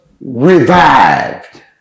revived